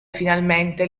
finalmente